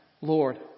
Lord